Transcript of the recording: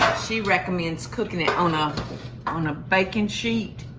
she recommends cooking it on ah a on a baking sheet.